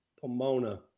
pomona